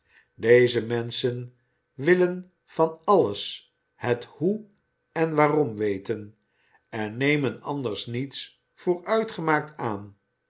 deze menschen willen van alles het hoe en waarom weten en nemen anders niets voor uitgemaakt aan